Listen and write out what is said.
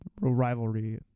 rivalry